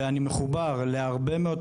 ואני מחובר להרבה מאוד,